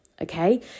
okay